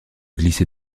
glisser